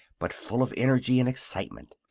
but full of energy and excitement.